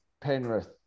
Penrith